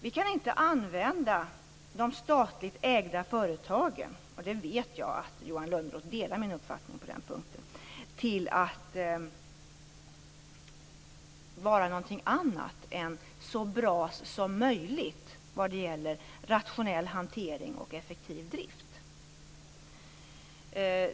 Vi kan inte använda de statligt ägda företagen - jag vet att Johan Lönnroth delar min uppfattning på den punkten - till att vara något annat än så bra som möjligt vad gäller rationell hantering och effektiv drift.